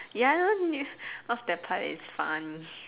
ya lor off that part is funny